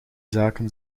zaken